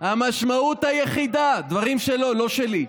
המשמעות היחידה, דברים שלו, לא שלי,